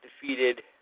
defeated